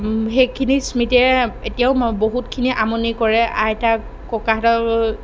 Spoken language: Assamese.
সেইখিনি স্মৃতিয়ে এতিয়াও মই বহুতখিনি আমনি কৰে আইতা ককাহঁতক